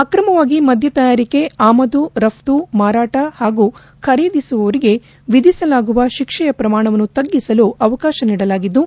ಅಕ್ರಮವಾಗಿ ಮದ್ಯ ತಯಾರಿಕೆ ಆಮದು ರಘ್ತು ಮಾರಾಟ ಹಾಗೂ ಖರೀದಿಸುವವರಿಗೆ ವಿಧಿಸಲಾಗುವ ಶಿಕ್ಷೆಯ ಪ್ರಮಾಣವನ್ನು ತಗ್ಗಿಸಲು ಅವಕಾಶ ನೀಡಲಾಗಿದ್ದು